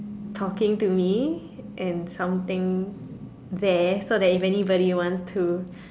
talking to me and something there so that if anybody wants to